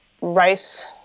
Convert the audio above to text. rice